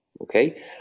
okay